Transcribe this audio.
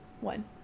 One